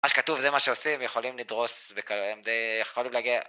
מה שכתוב זה מה שעושים יכולים לדרוס והם די יכולים להגיע